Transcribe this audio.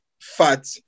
fat